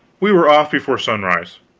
we were off before sunrise,